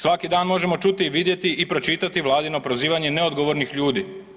Svaki dan možemo čuti, vidjeti i pročitati Vladino prozivanje neodgovornih ljudi.